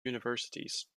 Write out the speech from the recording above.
universities